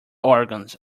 organs